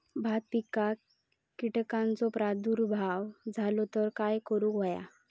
भात पिकांक कीटकांचो प्रादुर्भाव झालो तर काय करूक होया?